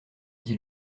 dit